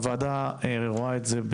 הוועדה רואה את זה,